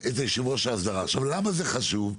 למה זה חשוב?